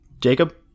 Jacob